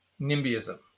NIMBYism